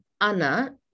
Anna